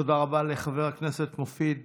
תודה רבה לחבר הכנסת מופיד מרעי.